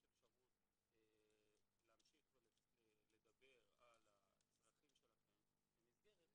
בחו"ל שלא יודע בכלל את הזיקה שלהם לארץ,